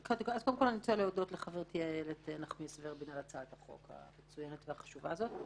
אני רוצה להודות לחברתי איילת נחמיאס ורבין על הצעת החוק החשובה הזאת.